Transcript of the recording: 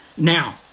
now